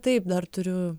taip dar turiu